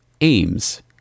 AIMS